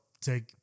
take